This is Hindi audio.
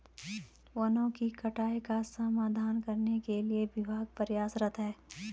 वनों की कटाई का समाधान करने के लिए विभाग प्रयासरत है